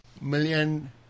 Million